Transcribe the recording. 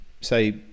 say